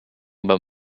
about